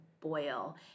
boil